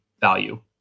value